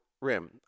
rim